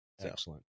excellent